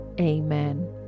Amen